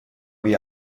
wie